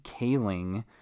Kaling